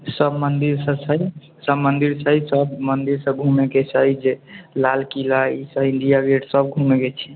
सब मन्दिर ईसब छै सब मन्दिर छै सब मन्दिर सब घुमैके छै जे लाल किला ईसब इण्डिया गेट सब घुमैके छै